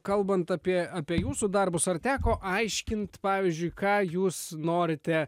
kalbant apie apie jūsų darbus ar teko aiškint pavyzdžiui ką jūs norite